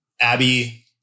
Abby